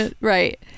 right